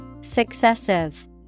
Successive